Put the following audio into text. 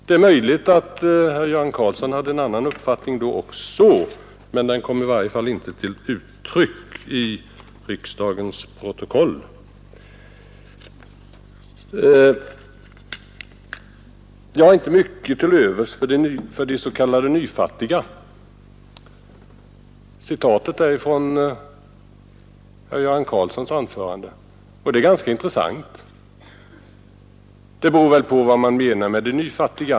Det är möjligt att herr Göran Karlsson hade en annan uppfattning redan då, men den kom i varje fall inte till uttryck i riksdagens protokoll. ”Jag har inte mycket till övers för de s.k. nyfattiga.” Citatet är från herr Göran Karlssons anförande, och det är ganska intressant. Det beror väl på vad man menar med de nyfattiga.